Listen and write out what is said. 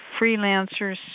freelancers